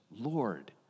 Lord